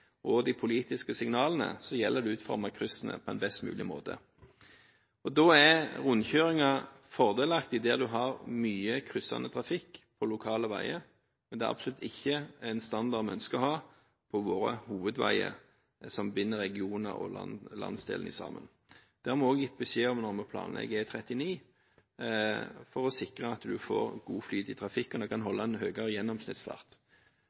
og politiske signaler gjelder det å utforme kryssene på en best mulig måte. Da er rundkjøringer fordelaktig der en har mye kryssende trafikk på lokale veier, men det er absolutt ikke en standard vi ønsker å ha på våre hovedveier, som binder regioner og landsdeler sammen. Det har vi også gitt beskjed om når vi planlegger E39, for å sikre at en får god flyt i trafikken og kan holde en høyere gjennomsnittsfart.